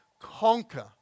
conquer